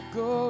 go